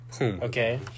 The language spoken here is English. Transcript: Okay